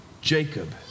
Jacob